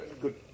good